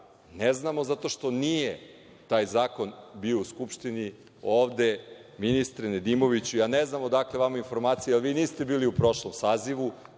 Ne znamo zato što nije taj zakon bio u Skupštinu ovde ministre Nedimoviću. Ne znam odakle vama informacija, jer vi niste bili u prošlom sazivu